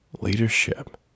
leadership